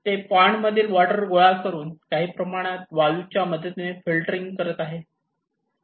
ते पॉन्ड मधील वॉटर गोळा करून काही प्रमाणात वाळू च्या मदतीने फिल्टरिंग करत आहेत